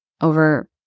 over